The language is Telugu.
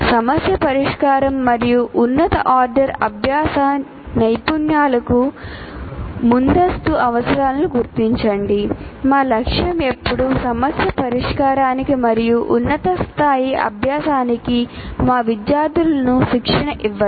సమస్య పరిష్కారం మరియు ఉన్నత ఆర్డర్ అభ్యాస నైపుణ్యాలకు ముందస్తు అవసరాలను గుర్తించండి మా లక్ష్యం ఎల్లప్పుడూ సమస్య పరిష్కారానికి మరియు ఉన్నత స్థాయి అభ్యాసానికి మా విద్యార్థులకు శిక్షణ ఇవ్వడం